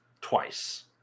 twice